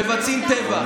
מבצעים טבח.